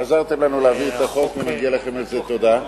עזרתם לנו להעביר את החוק ומגיעה לכם על זה תודה.